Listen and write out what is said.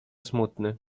smutny